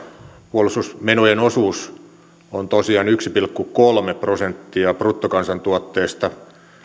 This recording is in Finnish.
puolustusmenojen osuus on tosiaan yksi pilkku kolme prosenttia bruttokansantuotteesta